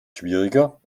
schwieriger